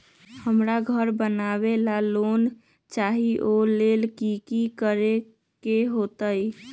हमरा घर बनाबे ला लोन चाहि ओ लेल की की करे के होतई?